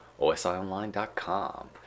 OSIonline.com